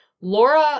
Laura